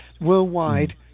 Worldwide